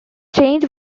change